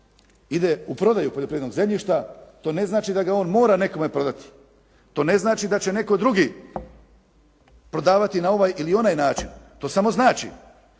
ide u prodaju poljoprivrednog zemljišta. To ne znači da ga on mora nekome prodati. To ne znači da će netko drugi prodavati na ovaj ili onaj način. To samo znači